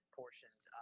portions